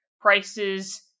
prices